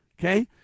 Okay